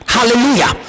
Hallelujah